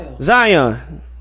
Zion